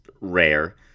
rare